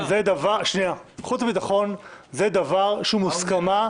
חוץ וביטחון זה דבר שהוא מוסכמה.